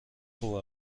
خوب